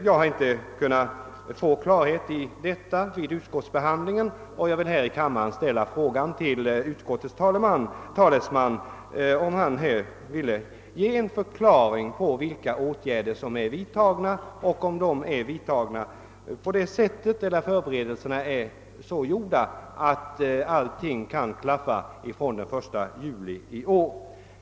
Jag har inte kunnat få klarhet häri vid utskottets behandling, och jag vill fråga utskottets talesman om han kan tala om vilka åtgärder som är vidtagna och om förberedelserna har kommit så långt att allt kan klaffa den 1 juli i år.